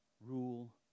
rule